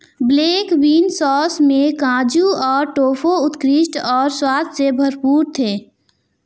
black bean sauce में काजू और टोफू उत्कृष्ट और स्वाद से भरपूर थे